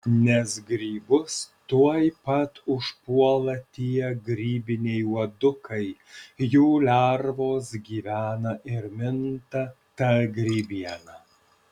nes grybus tuoj pat užpuola tie grybiniai uodukai jų lervos gyvena ir minta ta grybiena